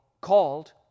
called